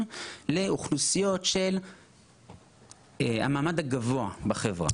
לאוכלוסיות של המעמד הגבוה בחברה.